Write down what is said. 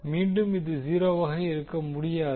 மீண்டும் இது 0 வாக இருக்க முடியாது